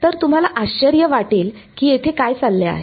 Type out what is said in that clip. तर तुम्हाला आश्चर्य वाटेल की येथे काय चालले आहे